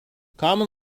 common